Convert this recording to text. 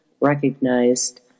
recognized